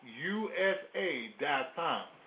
Usa.com